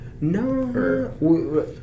No